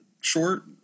Short